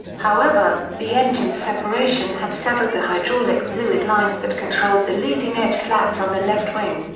however, the engine separation had severed the hydraulic fluid lines that controlled the leading edge slats on the left wing,